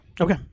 Okay